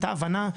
הייתה הבנה,